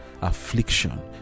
affliction